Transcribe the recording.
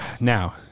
Now